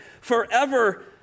forever